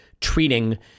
treating